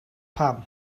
pham